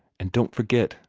and don't forget,